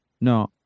no